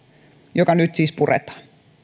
joka nyt siis puretaan